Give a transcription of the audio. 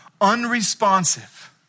unresponsive